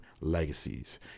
legacies